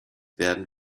werden